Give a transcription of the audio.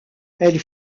elle